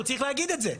אז הוא צריך להגיד את זה.